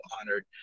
honored